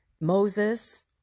Moses